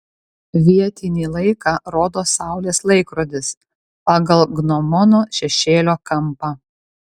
vietinį laiką rodo saulės laikrodis pagal gnomono šešėlio kampą